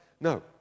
No